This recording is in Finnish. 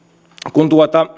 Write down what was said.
kun